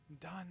done